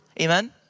Amen